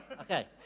Okay